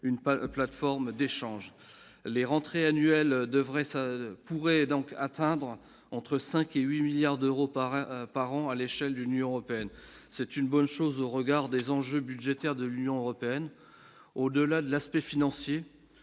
une plateforme d'échanges, les rentrées annuelles devraient se pourrait donc atteindre entre 5 et 8 milliards d'euros par un parent à l'échelle de l'Union européenne, c'est une bonne chose au regard des enjeux budgétaires de l'Union européenne, au-delà de l'aspect financier,